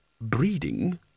breeding